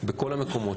בכל המקומות.